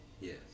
Yes